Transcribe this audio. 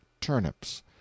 turnips